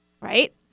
right